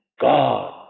God